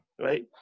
Right